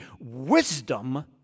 wisdom